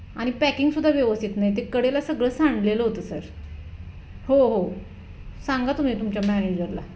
आणि पॅकिंगसुद्धा व्यवस्थित नाही ते कडेला सगळं सांडलेलं होतं सर हो हो सांगा तुम्ही तुमच्या मॅनेजरला